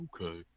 okay